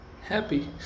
happy